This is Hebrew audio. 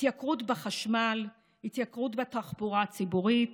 התייקרות בחשמל, התייקרות בתחבורה הציבורית,